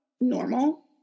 normal